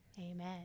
Amen